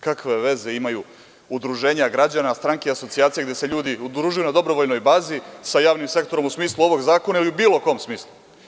Kakve veze imaju udruženja građana, stranke, asocijacije gde se ljudi udružuju na dobrovoljnoj bazi sa javnim sektorom, u smislu ovog zakona ili bilo u kom smislu.